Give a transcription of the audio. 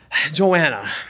Joanna